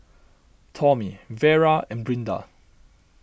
Tommie Vera and Brinda